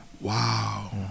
Wow